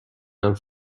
and